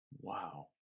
Wow